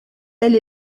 elle